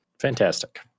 fantastic